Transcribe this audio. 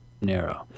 narrow